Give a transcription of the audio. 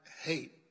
hate